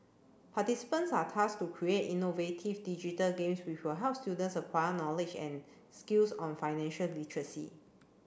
participants are tasked to create innovative digital games will help students acquire knowledge and skills on financial literacy